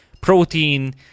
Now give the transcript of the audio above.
protein